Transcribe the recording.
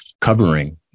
covering